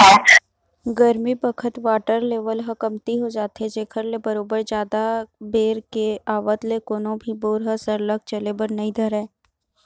गरमी बखत water level ह कमती हो जाथे जेखर ले बरोबर जादा बेर के आवत ले कोनो भी बोर ह सरलग चले बर नइ धरय